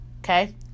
okay